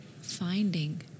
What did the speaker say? finding